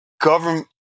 government